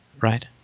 right